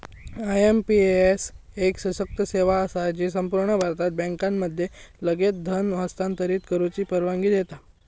IMPS एक सशक्त सेवा असा जी संपूर्ण भारतात बँकांमध्ये लगेच धन हस्तांतरित करुची परवानगी देता